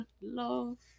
Love